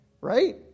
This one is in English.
right